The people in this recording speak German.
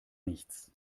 nichts